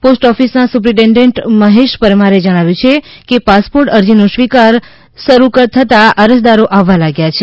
post ઓફિસના superintendent Mahesh પરમારે જણાવ્યું છે કે પાસપોર્ટ અરજી નો સ્વીકાર શરૂ થતાં અરજદારો આવવા લાગ્યા છે